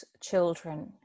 children